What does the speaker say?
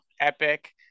Epic